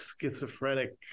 schizophrenic